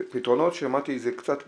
פתרונות, שמעתי קצת פתרון,